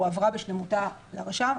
היא הועברה בשלמותה לרשם,